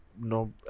no